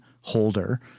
holder